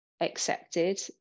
accepted